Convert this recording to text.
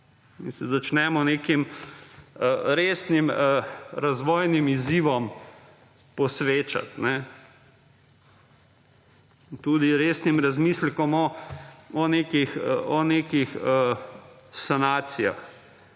Da se začnemo o nekem resnim razvojnim izzivom posvečati. Tudi resnim razmislekom o nekih sanacijah,